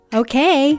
okay